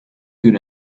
good